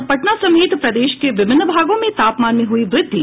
और पटना समेत प्रदेश के विभिन्न भागों में तापमान में हुयी वृद्धि